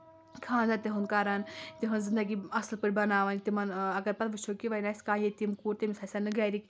خاندَر تِہُنٛد کَرَان تِہنٛز زندگی اَصٕل پٲٹھۍ بَناوَان تِمَن اگر پتہٕ وٕچھو کہِ وۄنۍ آسہِ کانٛہہ ییٚتیِم کوٗر تٔمِس آسان نہٕ گَرِکۍ